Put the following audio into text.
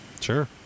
sure